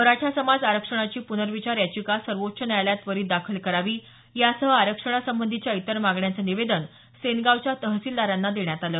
मराठा समाज आरक्षणाची प्नवैचार याचिका सवोंच्व न्यायालयात त्वरित दाखल करावी यासह आरक्षणासंबंधीच्या इतर मागण्यांचं निवेदन सेनगावच्या तहसीलदारांना देण्यात आल